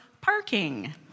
parking